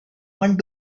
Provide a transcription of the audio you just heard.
want